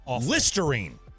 Listerine